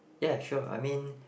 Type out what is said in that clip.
ya sure I mean